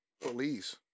police